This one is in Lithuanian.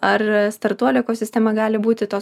ar startuolių ekosistema gali būti tos